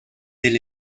del